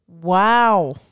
Wow